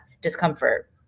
discomfort